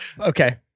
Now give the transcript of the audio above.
okay